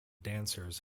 dancers